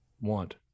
want